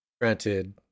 granted